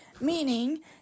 meaning